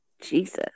Jesus